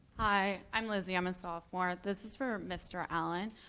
hi, i'm lizzy, i'm a sophomore. this is for mr allen.